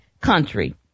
country